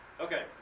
Okay